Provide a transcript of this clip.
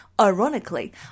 ironically